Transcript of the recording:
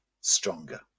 stronger